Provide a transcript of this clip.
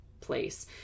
place